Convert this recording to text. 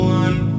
one